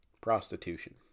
prostitution